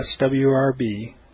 swrb